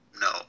No